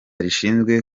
rishinzwe